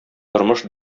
тормыш